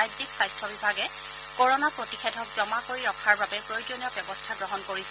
ৰাজ্যিক স্বাস্থ্য বিভাগে কৰনা প্ৰতিষেধক জমা কৰি ৰখাৰ বাবে প্ৰয়োজনীয় ব্যৱস্থা গ্ৰহণ কৰিছে